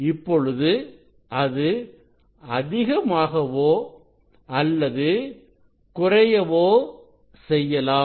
இப்பொழுது அது அதிகமாகவோ அல்லது குறையவோ செய்யலாம்